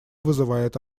вызывает